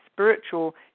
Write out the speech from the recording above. spiritual